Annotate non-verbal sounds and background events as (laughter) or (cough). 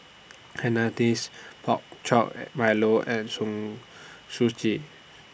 Hainanese Pork Chop (noise) Milo and (unintelligible) Suji